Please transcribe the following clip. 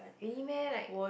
really meh like